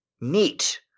Neat